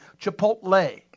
Chipotle